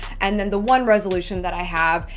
and then the one resolution that i have,